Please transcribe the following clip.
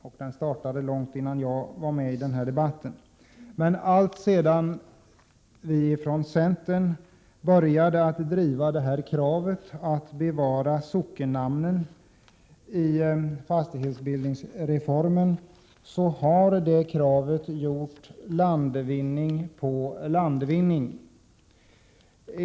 Diskussionen startade långt innan jag kom med i sammanhanget. Alltsedan vi från centern började driva kravet på att bevara sockennamnen i fastighetsbeteckningsreformen har detta krav gjort landvinning efter landvinning.